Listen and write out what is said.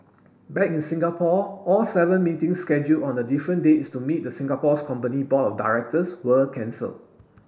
back in Singapore all seven meetings schedule on a different dates to meet the Singapore company's board of directors were cancelled